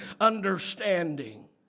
understanding